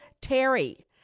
Terry